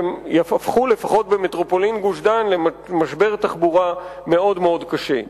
שהפכו לפחות במטרופולין גוש-דן למשבר תחבורה מאוד קשה.